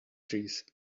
trees